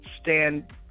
stand